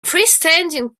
freestanding